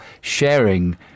sharing